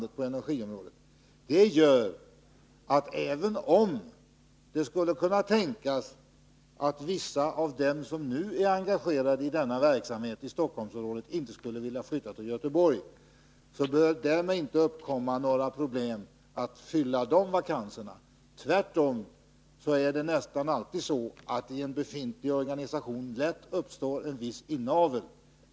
Det gör att det inte skulle behöva uppkomma några problem att fylla eventuella vakanser, om det skulle kunna tänkas att vissa av dem som nu är engagerade i denna verksamhet i Stockholmsområdet inte skulle vilja flytta till Göteborg. Tvärtom är det nästan alltid så att det i en befintlig organisation lätt uppstår en viss inavel.